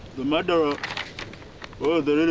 the murderer or the